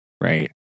right